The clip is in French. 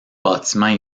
bâtiments